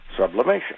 Sublimation